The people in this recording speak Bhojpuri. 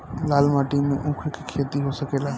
लाल माटी मे ऊँख के खेती हो सकेला?